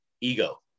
ego